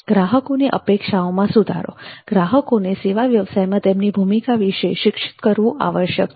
ગ્રાહકોની અપેક્ષાઓમાં સુધારો ગ્રાહકોને સેવા વ્યવસાયમાં તેમની ભૂમિકા વિશે શિક્ષત કરવું આવશ્યક છે